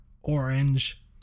orange